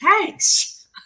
thanks